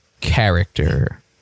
character